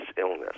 illness